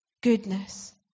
goodness